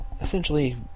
essentially